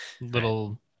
little